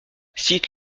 cite